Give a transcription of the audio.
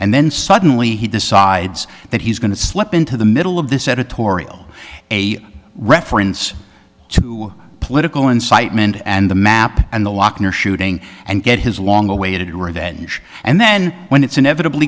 and then suddenly he decides that he's going to slip into the middle of this editorial a reference to political incitement and the map and the lochner shooting and get his long awaited revenge and then when it's inevitabl